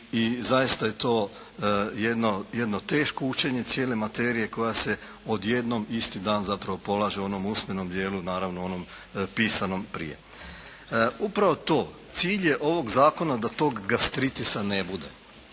zaista je to jedno teško učenje cijele materije koja se odjednom isti dan zapravo polaže u onom usmenom dijelu naravno onom pisanom prije. Upravo to cilj je ovog zakona da tog gastritisa ne bude.